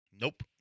Nope